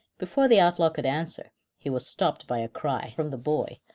before the outlaw could answer he was stopped by a cry from the boy,